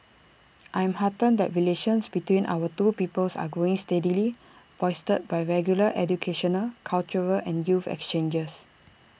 I am heartened that relations between our two peoples are growing steadily bolstered by regular educational cultural and youth exchanges